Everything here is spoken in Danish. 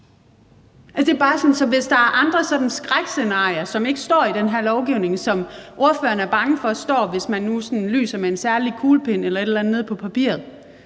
hvis der er andre sådan skrækscenarier, som ikke står i den her lovgivning, og som ordføreren er bange for står der, hvis man nu lyser med en særlig kuglepen eller et eller andet ned på papiret,